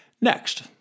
Next